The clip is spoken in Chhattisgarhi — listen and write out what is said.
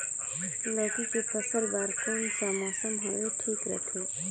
लौकी के फसल बार कोन सा मौसम हवे ठीक रथे?